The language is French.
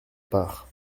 part